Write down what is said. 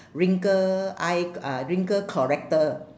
wrinkle eye uh wrinkle corrector